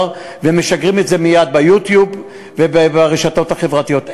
ומשגרים את זה מייד ב"יוטיוב" וברשתות החברתיות.